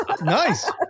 Nice